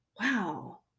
wow